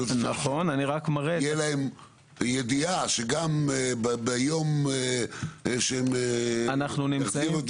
אני רוצה שתהיה להם הידיעה שגם ביום שהם יחזירו את